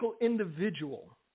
individual